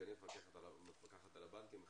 סגנית המפקחת על הבנקים,